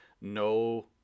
no